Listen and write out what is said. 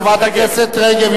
חברת הכנסת רגב,